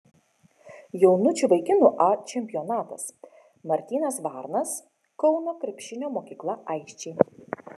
jaunučių vaikinų a čempionatas martynas varnas kauno krepšinio mokykla aisčiai